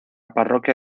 parroquia